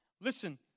Listen